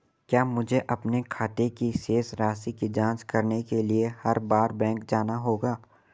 क्या मुझे अपने खाते की शेष राशि की जांच करने के लिए हर बार बैंक जाना होगा?